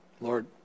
Lord